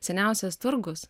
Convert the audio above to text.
seniausias turgus